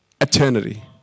eternity